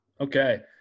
Okay